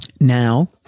Now